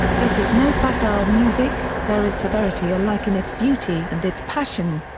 this is no facile music, there is severity alike in its beauty and its passion.